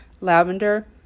lavender